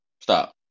Stop